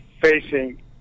facing